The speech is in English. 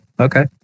okay